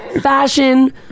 fashion